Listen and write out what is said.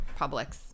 Publix